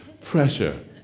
Pressure